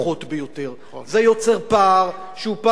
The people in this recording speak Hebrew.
זה יוצר פער שהוא בלתי נסבל.